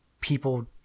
people